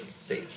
see